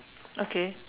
okay